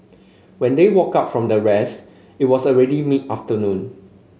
when they woke up from their rest it was already mid afternoon